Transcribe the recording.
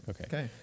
Okay